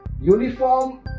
uniform